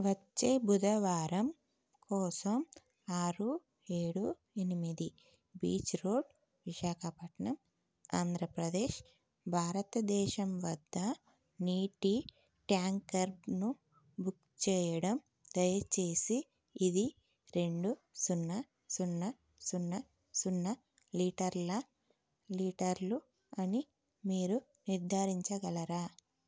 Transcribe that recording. వచ్చే బుధవారం కోసం ఆరు ఏడు ఎనిమిది బీచ్ రోడ్ విశాఖపట్నం ఆంధ్రప్రదేశ్ భారతదేశం వద్ద నీటి ట్యాంకర్ను బుక్ చేయడం దయచేసి ఇది రెండు సున్నా సున్నా సున్నా సున్నా లీటర్ల లీటర్లు అని మీరు నిర్ధారించగలరా